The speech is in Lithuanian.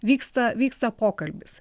vyksta vyksta pokalbis